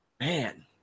Man